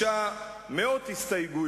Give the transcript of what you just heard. יוצאים מן הכלל,